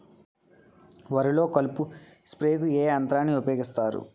వరిలో కలుపు స్ప్రేకు ఏ యంత్రాన్ని ఊపాయోగిస్తారు?